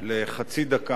נקודה ראשונה,